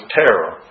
terror